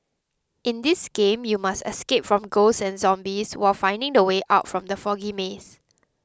in this game you must escape from ghosts and zombies while finding the way out from the foggy maze